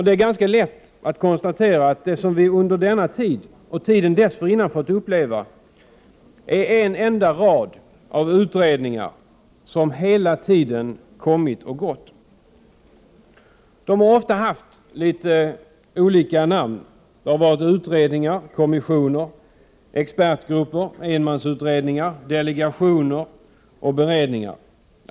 Det är ganska lätt att konstatera att det som vi under denna tid och tiden dessförinnan har fått uppleva är en enda rad av utredningar som hela tiden kommit och gått. De har haft litet olika namn. Det har varit utredningar, kommissioner, expertgrupper, enmansutredningar, delegationer och beredningar.